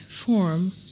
form